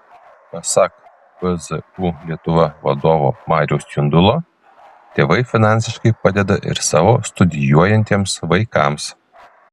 pasak pzu lietuva vadovo mariaus jundulo tėvai finansiškai padeda ir savo studijuojantiems vaikams